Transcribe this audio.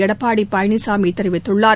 எடப்பாடி பழனிசாமி தெரிவித்துள்ளார்